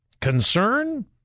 concern